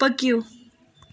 پٔکِو